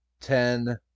ten